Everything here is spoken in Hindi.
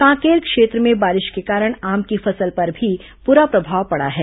कांकेर क्षेत्र में बारिश के कारण आम की फसल पर भी बुरा प्रभाव पड़ा है